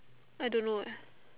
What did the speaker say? I don't know eh